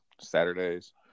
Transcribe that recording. Saturdays